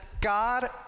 God